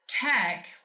tech